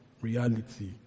reality